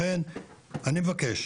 לכן, אני מבקש